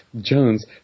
Jones